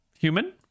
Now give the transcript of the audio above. human